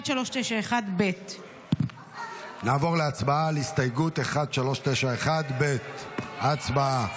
1391ב. נעבור להצבעה על הסתייגות 1391ב'. הצבעה.